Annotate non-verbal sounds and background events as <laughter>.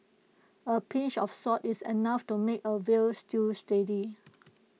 A pinch of salt is enough to make A Veal Stew <unintelligible>